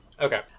Okay